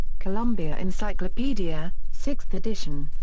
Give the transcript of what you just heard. columbia encyclopedia, sixth edition.